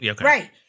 Right